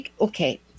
okay